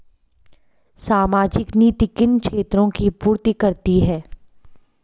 सामाजिक नीति किन क्षेत्रों की पूर्ति करती है?